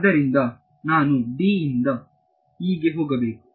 ಆದ್ದರಿಂದ ನಾನು ಇಂದ ಗೆ ಹೋಗಬೇಕು